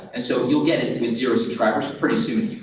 and so, you'll get it with zero subscribers pretty soon.